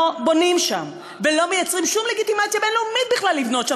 לא בונים שם ולא מייצרים שום לגיטימציה בין-לאומית בכלל לבנות שם.